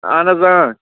اَہَن حظ اۭں